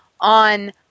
on